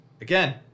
again